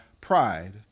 pride